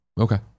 Okay